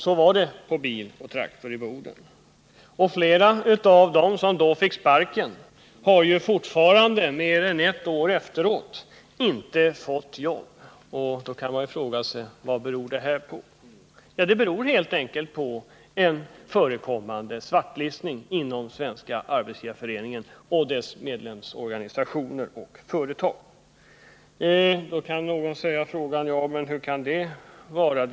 Så var det på Bil & Traktor i Boden. Flera av dem som då fick sparken har fortfarande, mer än ett år efteråt, inte fått jobb. Då kan man fråga: Vad beror det på? Jo, helt enkelt på en förekommande svartlistning inom Svenska arbetsgivareföreningen, dess medlemsorganisationer och företag. Någon kan ställa frågan: Hur kan detta förekomma?